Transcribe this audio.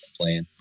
playing